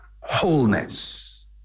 wholeness